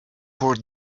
poor